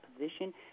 position